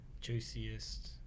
juiciest